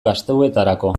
gastuetarako